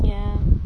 ya